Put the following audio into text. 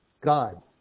God